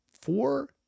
four